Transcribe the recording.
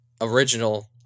original